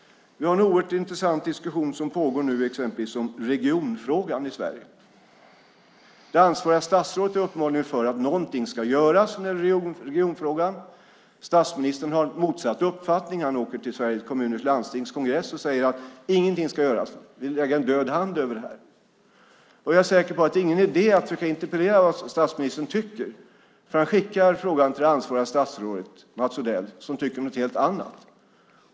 Vi har en oerhört intressant diskussion som pågår nu om regionfrågan i Sverige. Det ansvariga statsrådet är uppenbarligen för att något ska göras i regionfrågan. Statsministern har motsatt uppfattning. Han åker till Sveriges Kommuner och Landstings kongress och säger att ingenting ska göras. Det ska läggas en död hand över det. Jag är säker på att det inte är någon idé att försöka interpellera om vad statsministern tycker, för han skickar frågan till det ansvariga statsrådet, Mats Odell, som tycker något helt annat.